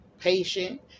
patient